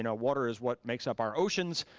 you know water is what makes up our oceans,